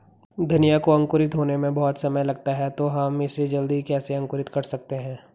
धनिया को अंकुरित होने में बहुत समय लगता है तो हम इसे जल्दी कैसे अंकुरित कर सकते हैं?